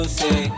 say